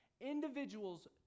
individuals